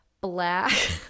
Black